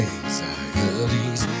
Anxieties